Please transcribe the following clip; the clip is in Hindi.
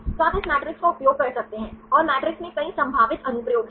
तो आप इस मैट्रिक्स का उपयोग कर सकते हैं और मैट्रिक्स में कई संभावित अनुप्रयोग हैं